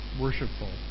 worshipful